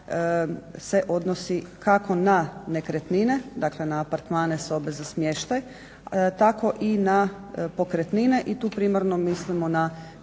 se odnosi kako na nekretnine, dakle na apartmane, sobe za smještaj, tako i na pokretnine i tu primarno mislimo na